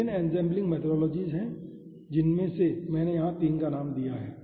विभिन्न ensembling methodologies हैं जिनमें से मैंने यहां 3 का नाम दिया है